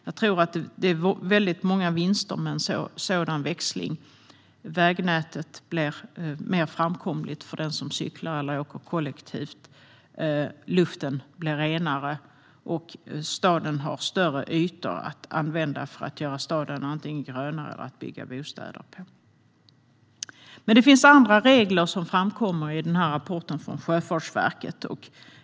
Jag tror att det finns väldigt många vinster med en sådan växling: Vägnätet blir mer framkomligt för den som cyklar eller åker kollektivt, luften blir renare och staden får större ytor att använda antingen till att göra staden grönare eller till att bygga bostäder. Det finns dock andra regler som framkommer i rapporten från Sjöfartsverket.